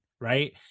right